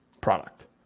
product